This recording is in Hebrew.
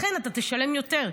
לכן אתה תשלם יותר,